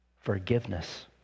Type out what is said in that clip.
forgiveness